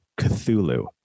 Cthulhu